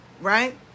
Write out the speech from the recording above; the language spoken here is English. Right